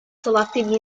selective